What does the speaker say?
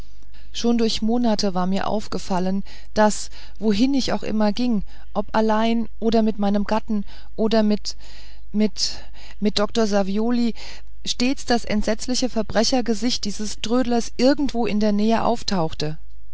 schon durch monate war mir aufgefallen daß wohin ich auch immer ging ob allein oder mit meinem gatten oder mit mit mit dr savioli stets das entsetzliche verbrechergesicht dieses trödlers irgendwo in der nähe auftauchte